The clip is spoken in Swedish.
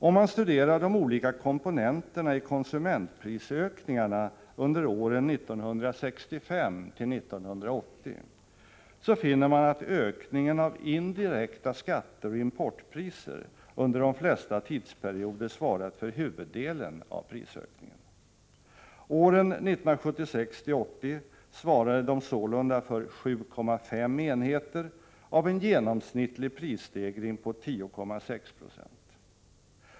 Om man studerar de olika komponenterna i konsumentprisökningarna under åren 1965-1980 finner man att ökningen av indirekta skatter och importpriser under de flesta tidsperioder svarat för huvuddelen av prisökningen. Åren 1976-1980 svarade de sålunda för 7,5 enheter av en genomsnittlig prisstegring på 10,6 20.